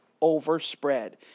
overspread